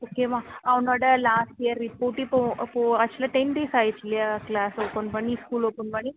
ஓகேவா அவனோட last year report இப்போ இப்போ ஆக்ஷுவலாக டென் டேஸ் ஆயிருச்சு இல்லையா க்ளாஸ் ஓப்பன் பண்ணி ஸ்கூல் ஓப்பன் பண்ணி